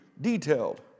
detailed